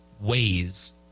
ways